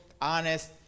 honest